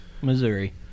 Missouri